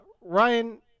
Ryan